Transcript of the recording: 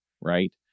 Right